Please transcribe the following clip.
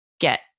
get